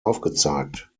aufgezeigt